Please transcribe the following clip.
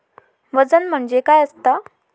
वजन म्हणजे काय असता?